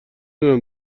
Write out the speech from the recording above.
دونم